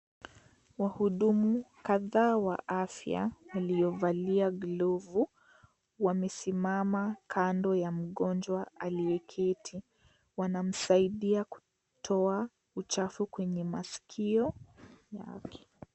Wahudumu kadhaa wanafya waliovalia glovu wamesimama kando ya mgonjwa aliyeketi. Wanamsaidia kutoa uchafu Kwenye maskio yake .